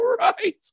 right